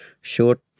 Short